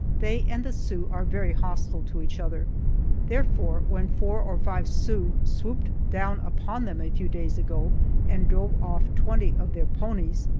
they and the sioux are very hostile to each other therefore when four or five sioux swooped down upon them a few days ago and drove off twenty of their ponies,